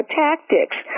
tactics